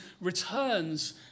returns